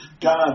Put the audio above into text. god